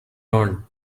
burn